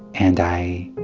and i